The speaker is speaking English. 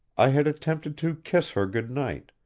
i had attempted to kiss her good-night,